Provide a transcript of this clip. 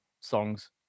songs